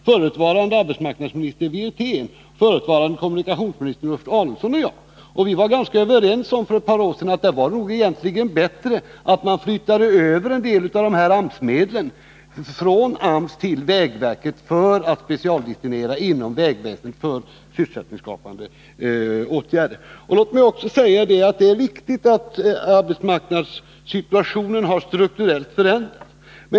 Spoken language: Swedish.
Förutvarande arbetsmarknadsministern Wirtén, förutvarande kommunikationsministern Adelsohn och jag diskuterade detta för ett par år sedan, och vi var då ganska överens om att det egentligen är bättre att flytta över en del av dessa AMS-medel från AMS till vägverket, för att specialdestinera inom detta till sysselsättningsskapande åtgärder. Låt mig också säga att det är riktigt att arbetsmarknadssituationen strukturellt har förändrats.